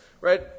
right